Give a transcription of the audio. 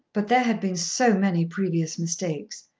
but there had been so many previous mistakes!